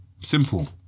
Simple